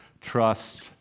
trust